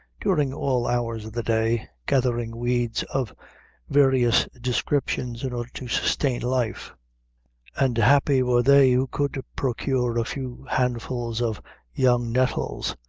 during all hours of the day, gathering weeds of various descriptions, in order to sustain life and happy were they who could procure a few handfuls of young nettles,